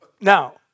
Now